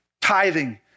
tithing